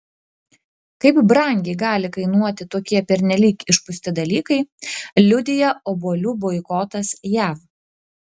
kaip brangiai gali kainuoti tokie pernelyg išpūsti dalykai liudija obuolių boikotas jav